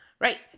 Right